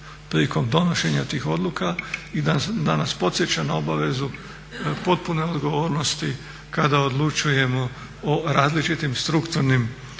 prilikom donošenja tih odluka i da nas podsjeća na obavezu potpune odgovornosti kada odlučujemo o različitim strukturnim